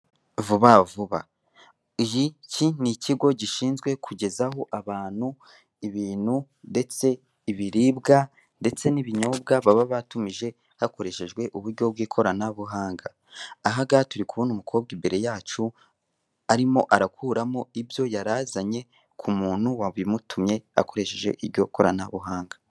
Vuba Vuba. Iki ni ikigo gishinzwe kugezaho abantu ibintu ndetse ibiribwa ndetse n'ibinyobwa baba batumije hakoreshejwe uburyo bw'ikoranabuhanga. Aha ngaha turi kubona umukobwa imbere yacu, arimo arakuramo ibyo yari azanye ku muntu wabimutumye akoresheje iryo koranabuhanga.